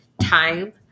time